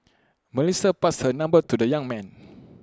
Melissa passed her number to the young man